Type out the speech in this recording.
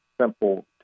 simple